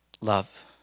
love